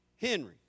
Henry